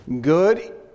good